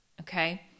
okay